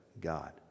God